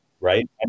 right